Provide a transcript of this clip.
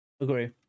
Agree